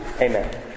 Amen